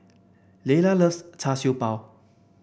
Leila loves Char Siew Bao